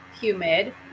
humid